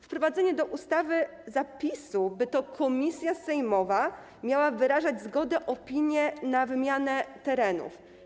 Wprowadzenie do ustawy zapisu, by to komisja sejmowa miała wyrażać zgodę, opinię, jeżeli chodzi o wymianę terenów.